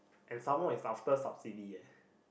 and some more it's after subsidy eh